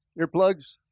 Earplugs